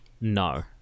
No